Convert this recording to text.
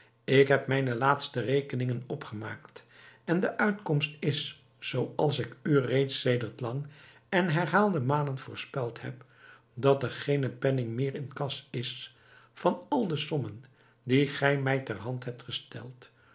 ik heb mijne laatste rekeningen opgemaakt en de uitkomst is zooals ik u reeds sedert lang en herhaalde malen voorspeld heb dat er geene penning meer in kas is van al de sommen die gij mij ter hand hebt gesteld